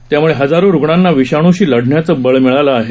त्यामुळे हजारो रुग्णांना विषाणूशी लढण्याचे बळ मिळालं आहे